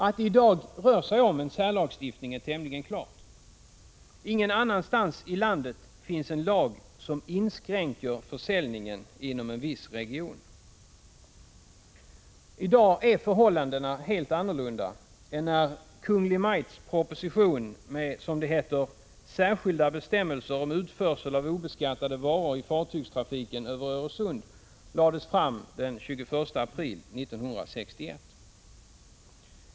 Att det i dag rör sig om en särlagstiftning är tämligen klart. Ingen annanstans i landet finns en lag som inskränker försäljningen inom en viss region. I dag är förhållandena helt annorlunda än när en Kungl. Maj:ts proposition med, som det heter, ”särskilda bestämmelser om utförsel av obeskattade varor i fartygstrafiken över Öresund” lades fram den 21 april 1961.